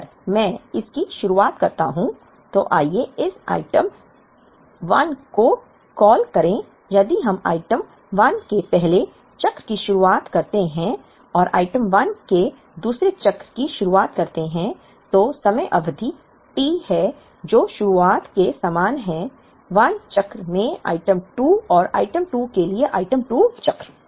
अगर मैं इसकी शुरुआत करता हूं तो आइए इस आइटम 1 को कॉल करें यदि हम आइटम 1 के पहले चक्र की शुरुआत करते हैं और आइटम 1 के दूसरे चक्र की शुरुआत करते हैं तो समय अवधि T है जो शुरुआत के समान है 1 चक्र में आइटम 2 और आइटम 2 के लिए आइटम 2 चक्र